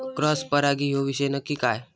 Cross परागी ह्यो विषय नक्की काय?